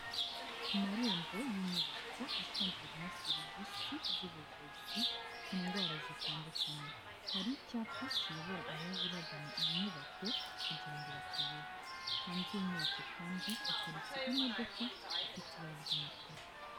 Ku marembo y'inyubako itangirwamo serivisi z'ubuvuzi ku ndwara zitandukanye. Hari icyapa kiyobora abaje bagana iyi nyubako kugira ngo batayoyuba, hanze y'inyubako kandi haparitse imodoka ifite ibara ry'umukara.